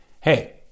hey